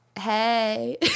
hey